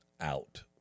out